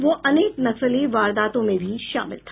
वह अनेक नक्सली वारदातों में भी शामिल था